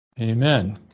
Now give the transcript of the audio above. amen